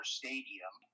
stadium